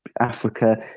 Africa